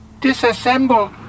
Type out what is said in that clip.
Disassemble